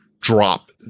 drop